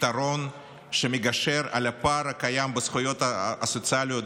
פתרון שמגשר על הפער הקיים בזכויות הסוציאליות